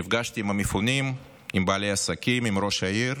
נפגשתי עם המפונים, עם בעלי העסקים, עם ראש העיר.